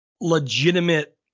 legitimate